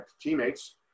teammates